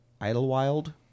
Idlewild